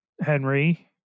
Henry